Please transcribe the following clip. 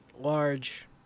large